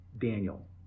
Daniel